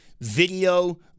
video